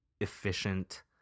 efficient